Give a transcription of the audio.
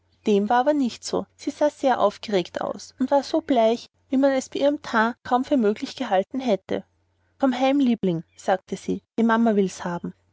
dem war aber nicht so sie sah sehr aufgeregt aus und war so bleich wie man es bei ihrem teint kaum für möglich gehalten hätte komm heim liebling sagte sie die mama will's haben